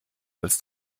als